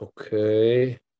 okay